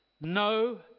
No